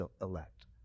elect